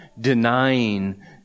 denying